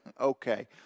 okay